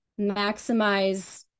maximize